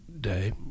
day